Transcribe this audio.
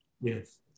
Yes